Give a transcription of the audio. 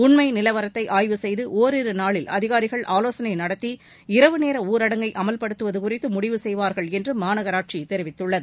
உண்மை நிலவரத்தை ஆய்வு செய்து ஒரிரு நாளில் அதிகாரிகள் ஆலோசனை நடத்தி இரவு நேர ஊரடங்கை அமல்படுத்துவது குறித்து முடிவு செய்வார்கள் என்று மாநராட்சி தெரிவித்துள்ளது